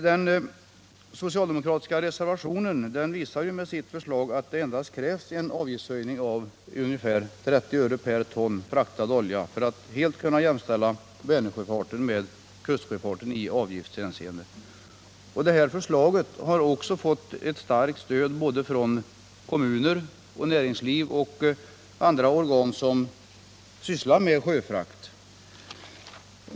Den socialdemokratiska reservationen visar med sitt förslag att det endast krävs en avgiftshöjning av ungefär 30 öre per ton fraktad olja för att göra det möjligt att helt jämställa Vänersjöfarten med kustsjöfarten i avgiftshänseende. Det förslaget har fått ett starkt stöd från kommuner och näringsliv och från andra organ som sysslar med sjöfrakt.